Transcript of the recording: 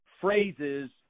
phrases